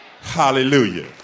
Hallelujah